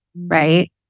right